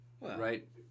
Right